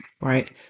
right